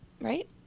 right